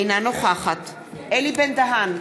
אינה נוכחת אלי בן-דהן,